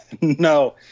No